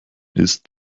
ist